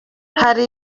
hari